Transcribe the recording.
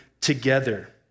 together